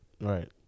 right